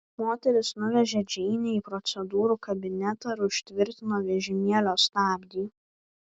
moteris nuvežė džeinę į procedūrų kabinetą ir užtvirtino vežimėlio stabdį